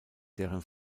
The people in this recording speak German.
deren